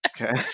Okay